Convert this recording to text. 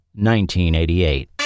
1988